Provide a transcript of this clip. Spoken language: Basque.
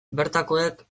bertakoek